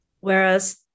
Whereas